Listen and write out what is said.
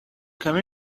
come